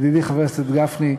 ידידי חבר הכנסת גפני,